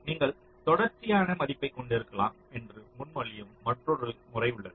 நீங்கள் தொடர்ச்சியான மதிப்பைக் கொண்டிருக்கலாம் என்று முன்மொழியும் மற்றொரு முறை உள்ளது